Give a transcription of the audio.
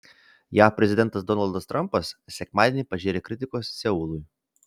jav prezidentas donaldas trampas sekmadienį pažėrė kritikos seului